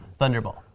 Thunderball